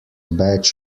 batch